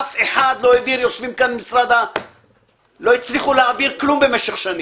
אף אחד לא העביר לא הצליחו להעביר כלום במשך שנים,